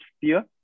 fear